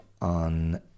on